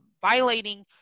violating